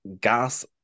gas